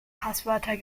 passwörter